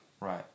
Right